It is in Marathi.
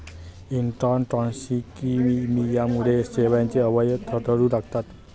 इंट्राटॉक्सिमियामुळे शेळ्यांचे अवयव थरथरू लागतात